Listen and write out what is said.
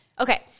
Okay